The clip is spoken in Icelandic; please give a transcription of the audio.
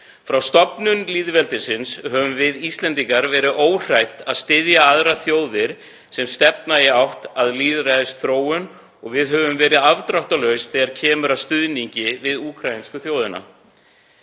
Frá stofnun lýðveldisins höfum við Íslendingar verið óhrædd við að styðja aðrar þjóðir sem stefna í átt að lýðræðisþróun og við höfum verið afdráttarlaus þegar kemur að stuðningi við úkraínsku þjóðina.